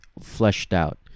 fleshed-out